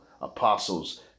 apostles